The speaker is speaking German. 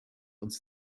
uns